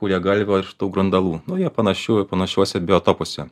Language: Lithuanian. kūjagalvio ir šitų grundalų nu jie panašių panašiuose biotopuose